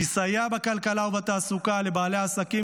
לסייע בכלכלה ובתעסוקה לבעלי עסקים